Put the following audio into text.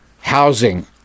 housing